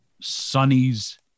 Sonny's